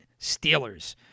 Steelers